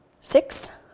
Six